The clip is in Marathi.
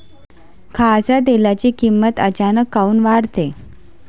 खाच्या तेलाची किमत अचानक काऊन वाढते?